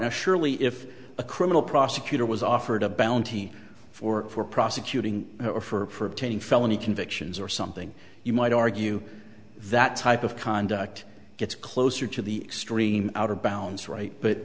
bargain surely if a criminal prosecutor was offered a bounty for for prosecuting or for obtaining felony convictions or something you might argue that type of conduct gets closer to the extreme out of bounds right but